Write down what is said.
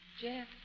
Jeff